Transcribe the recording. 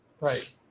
Right